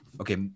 okay